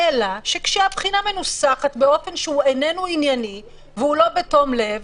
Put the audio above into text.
אלא כשהבחינה מנוסחת באופן שהוא איננו ענייני והוא לא בתום לב,